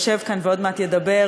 יושב כאן ועוד מעט ידבר,